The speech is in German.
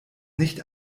nicht